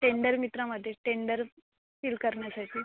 tender मित्रामध्ये tender fill करण्यासाठी